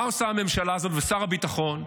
מה עושה הממשלה הזאת, ושר הביטחון?